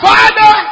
Father